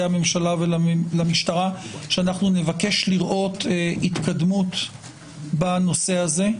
הממשלה ולמשטרה שאנחנו נבקש לראות התקדמות בנושא הזה.